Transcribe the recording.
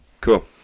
Cool